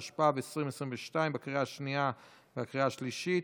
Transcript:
התשפ"ב 2022, עברה בקריאה השלישית,